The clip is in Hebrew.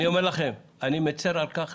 רבותיי, אני אומר לכם, אני מצר על כך.